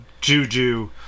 juju